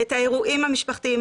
את האירועים המשפחתיים,